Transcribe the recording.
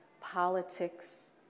politics